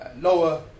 lower